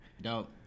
dope